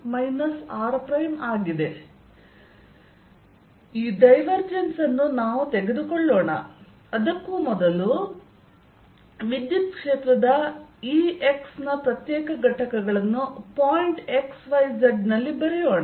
Exyz14π0qr rr r3 ಈ divergence ಅನ್ನು ನಾವು ತೆಗೆದುಕೊಳ್ಳೋಣ ಅದಕ್ಕೂ ಮೊದಲು ವಿದ್ಯುತ್ ಕ್ಷೇತ್ರದ Ex ನ ಪ್ರತ್ಯೇಕ ಘಟಕಗಳನ್ನು ಪಾಯಿಂಟ್ x y z ನಲ್ಲಿ ಬರೆಯೋಣ